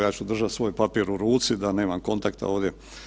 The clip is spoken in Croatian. Ja ću držati svoj papir u ruci da nema kontakta ovdje.